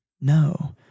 No